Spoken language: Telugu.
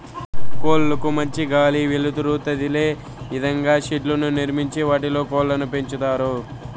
కోళ్ళ కు మంచి గాలి, వెలుతురు తదిలే ఇదంగా షెడ్లను నిర్మించి వాటిలో కోళ్ళను పెంచుతారు